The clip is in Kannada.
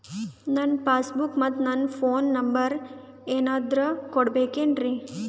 ನನ್ನ ಪಾಸ್ ಬುಕ್ ಮತ್ ನನ್ನ ಫೋನ್ ನಂಬರ್ ಏನಾದ್ರು ಕೊಡಬೇಕೆನ್ರಿ?